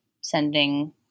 sending